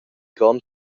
grond